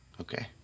okay